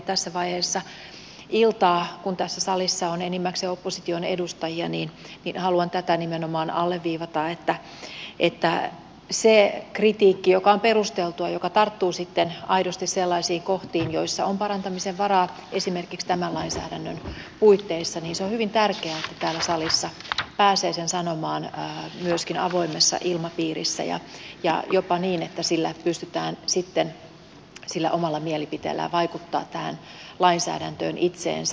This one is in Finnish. tässä vaiheessa iltaa kun tässä salissa on enimmäkseen opposition edustajia haluan tätä nimenomaan alleviivata että on hyvin tärkeää että sen kritiikin joka on perusteltua joka tarttuu sitten aidosti sellaisiin kohtiin joissa on parantamisen varaa esimerkiksi tämän lainsäädännön puitteissa pääsee sanomaan täällä salissa avoimessa ilmapiirissä ja jopa niin että pystytään sitten sillä omalla mielipiteellä vaikuttamaan tähän lainsäädäntöön itseensä